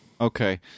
Okay